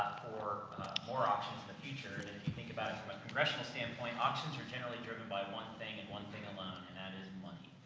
for more options in the future, and if you think about it from a congressional standpoint, auctions are generally driven by one thing, and one thing and that is money.